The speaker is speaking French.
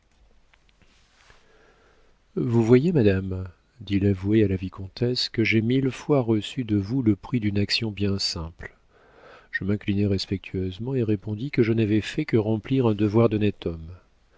vous voyez madame dit l'avoué à la vicomtesse que j'ai mille fois reçu de vous le prix d'une action bien simple je m'inclinai respectueusement et répondis que je n'avais fait que remplir un devoir d'honnête homme